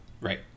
Right